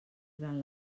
gran